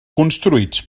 construïts